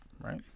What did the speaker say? right